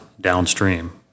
downstream